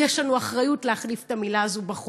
יש לנו אחריות להחליף את המילה הזו בחוק.